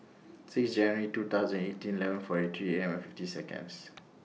six January two thousand and eighteen eleven forty three A M fifty Seconds